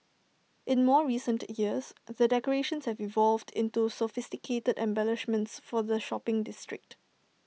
in more recent years the decorations have evolved into sophisticated embellishments for the shopping district